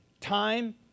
Time